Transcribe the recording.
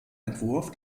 entwurf